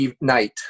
Night